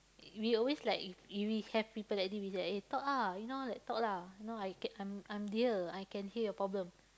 we always like if if we have people like this we just like eh talk ah you know like talk lah you know I'm I'm I'm here I can hear your problem